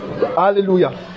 Hallelujah